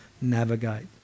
navigate